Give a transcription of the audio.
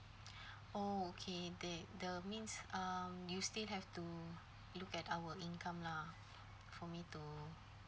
oh okay they the means um you still have to look at our income lah for me to